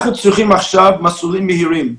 אנחנו צריכים עכשיו מסלולים מהירים,